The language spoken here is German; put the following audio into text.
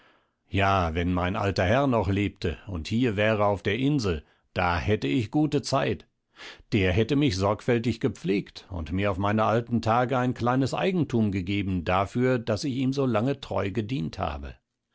ja wenn mein alter herr noch lebte und hier wäre auf der insel da hätte ich gute zeit der hätte mich sorgfältig gepflegt und mir auf meine alten tage ein kleines eigentum gegeben dafür daß ich ihm so lange treu gedient habe